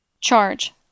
Charge